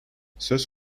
söz